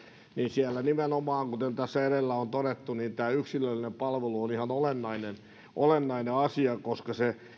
siellä nimenomaan kuten tässä edellä on todettu tämä yksilöllinen palvelu on ihan olennainen asia koska se